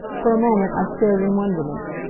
for a moment i stared in wonderment.